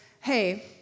hey